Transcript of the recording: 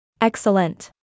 Excellent